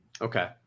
Okay